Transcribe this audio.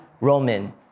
Roman